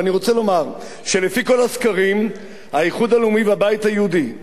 ואני רוצה לומר שלפי כל הסקרים האיחוד הלאומי והבית היהודי,